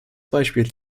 beispiel